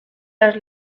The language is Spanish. las